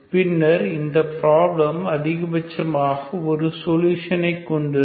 பின்னர் இந்த பிராப்ளம் அதிகபட்சமாக ஒரு சொலுசனை கொண்டிருக்கும்